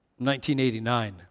1989